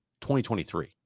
2023